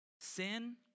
Sin